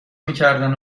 میکردن